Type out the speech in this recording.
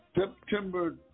September